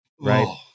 Right